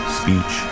speech